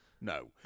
No